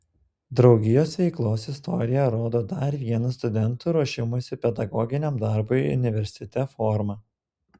draugijos veiklos istorija rodo dar vieną studentų ruošimosi pedagoginiam darbui universitete formą